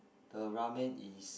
the ramen is